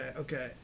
okay